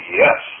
yes